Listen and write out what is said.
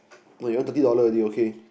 wait you earn thirty dollars already okay